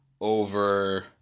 over